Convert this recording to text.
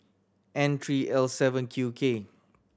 N three L seven Q K